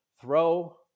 throw